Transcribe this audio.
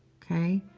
ok.